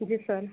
जी sir